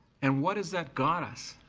and what has that got us?